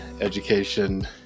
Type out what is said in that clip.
education